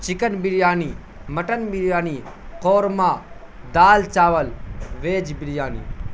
chicken biryani mutton biryani korma دال چاول veg biryani